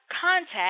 Contact